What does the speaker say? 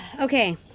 Okay